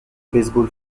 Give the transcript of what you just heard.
baseball